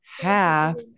half